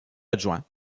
adjoints